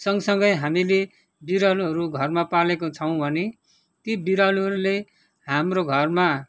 सँगसँगै हामीले बिरालोहरू घरमा पालेको छौँ भने ती बिरालोहरूले हाम्रो घरमा